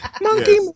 Monkey